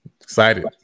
Excited